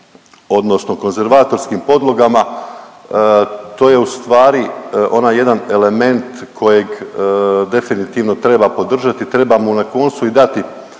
odnosno konzervatorskim podlogama, to je u stvari onaj jedan element kojeg definitivno treba podržati, treba mu na koncu i dati